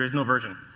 there's no version.